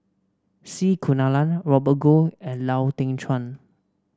C Kunalan Robert Goh and Lau Teng Chuan